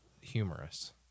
humorous